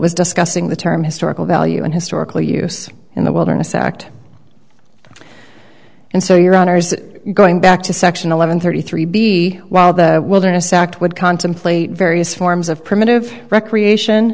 was discussing the term historical value and historical use in the wilderness act and so your honour's going back to section eleven thirty three b while the wilderness act would contemplate various forms of primitive recreation